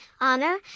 honor